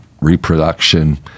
reproduction